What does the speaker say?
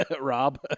Rob